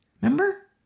Remember